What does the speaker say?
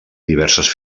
diverses